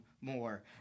more